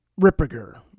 Ripperger